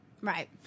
Right